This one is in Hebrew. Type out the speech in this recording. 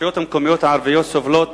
הרשויות המקומיות הערביות סובלות